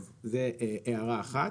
זו הערה אחת.